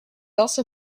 also